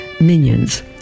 minions